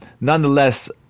nonetheless